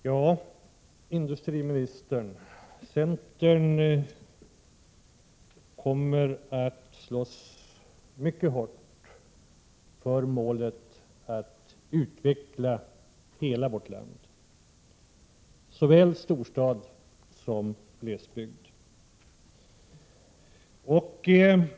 Herr talman! Centern kommer, industriministern, att slåss mycket hårt för målet att utveckla hela vårt land — såväl storstad som glesbygd.